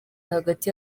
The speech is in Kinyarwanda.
hagati